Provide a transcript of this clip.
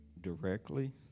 directly